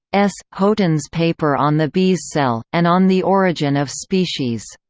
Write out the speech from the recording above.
s. haughton's paper on the bee's cell, and on the origin of species